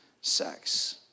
sex